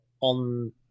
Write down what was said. on